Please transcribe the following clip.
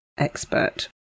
expert